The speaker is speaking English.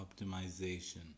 optimization